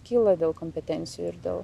kyla dėl kompetencijų ir dėl